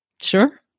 Sure